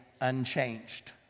unchanged